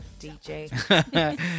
dj